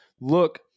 look